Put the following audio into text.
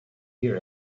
hear